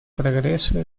прогрессу